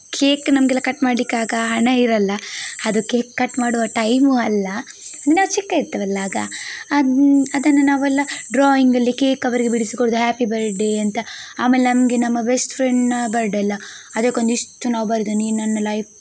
cake ನಮಗೆಲ್ಲ cut ಮಾಡಲಿಕ್ಕೆ ಆಗ ಹಣವಿರಲ್ಲ ಅದಕ್ಕೆ ಕಟ್ ಮಾಡುವ ಟೈಮು ಅಲ್ಲ ನಾವು ಚಿಕ್ಕ ಇರ್ತೇವಲ್ಲ ಆಗ ಅದು ಅದನ್ನು ನಾವೆಲ್ಲ ಡ್ರಾಯಿಂಗಲ್ಲಿ ಕೇಕ್ ಅವರಿಗೆ ಬಿಡಿಸಿ ಕೊಡೋದು ಹ್ಯಾಪಿ ಬರ್ಡೇ ಅಂತ ಆಮೇಲೆ ನಮಗೆ ನಮ್ಮ ಬೆಸ್ಟ್ ಫ್ರೆಂಡ್ನ ಬರ್ಡೇ ಅಲ್ಲ ಅದಕ್ಕೊಂದಿಷ್ಟು ನಾವು ಬರೆದು ನೀನು ನನ್ನ ಲೈಫ್